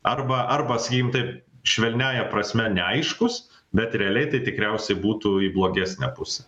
arba arba sakykim taip švelniąja prasme neaiškus bet realiai tai tikriausiai būtų į blogesnę pusę